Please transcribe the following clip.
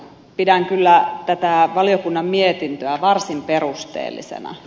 pidän kyllä tätä valiokunnan mietintöä varsin perusteellisena